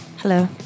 Hello